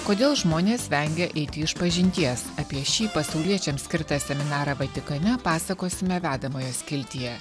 kodėl žmonės vengia eiti išpažinties apie šį pasauliečiams skirtą seminarą vatikane pasakosime vedamojo skiltyje